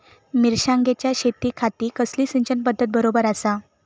मिर्षागेंच्या शेतीखाती कसली सिंचन पध्दत बरोबर आसा?